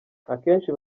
akenshi